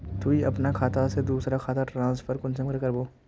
तुई अपना खाता से दूसरा खातात ट्रांसफर कुंसम करे करबो?